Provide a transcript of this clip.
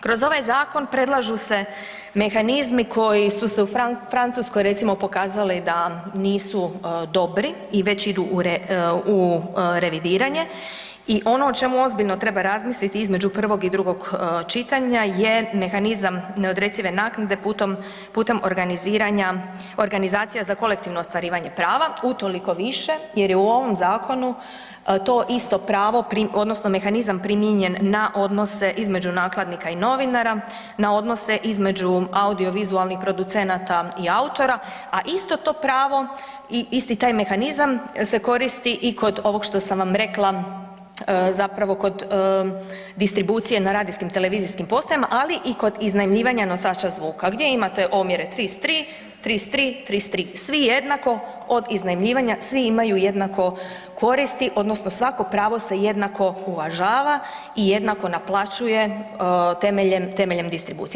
Kroz ovaj zakon predlažu se mehanizmi koji su se u Francuskoj recimo pokazali da nisu dobri i već idu u revidiranje i ono o čemu ozbiljno treba razmisliti između prvog i drugog čitanja je mehanizam neodrecive naknade putem organizacija za kolektivno ostvarivanja prava utoliko više jer je u ovom zakonu to isto pravo odnosno mehanizam primijenjen na odnose između nakladnika i novinara, na odnose između audiovizualnih producenata i autora a isto to pravo i isti taj mehanizam se koristi i kod ovog što sam vam rekla zapravo kod distribucije na radijskim i televizijskim postajama ali i kod iznajmljivanja nosača zvuka gdje imate omjere 33:33:33. svi jednako od iznajmljivanja, svi imaju jednako koristi odnosno svako pravo se jednako uvažava i jednako naplaćuje temeljem distribucije.